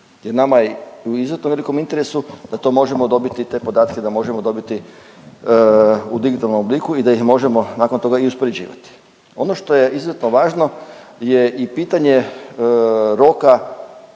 Jer nama je u izuzetno velikom interesu da to možemo dobiti, te podatke da možemo dobiti u digitalnom obliku i da ih možemo nakon toga i uspoređivati. Ono što je izuzetno važno jer i pitanje roka